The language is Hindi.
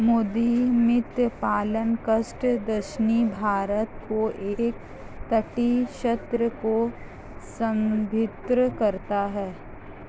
मोती मत्स्य पालन कोस्ट दक्षिणी भारत के एक तटीय क्षेत्र को संदर्भित करता है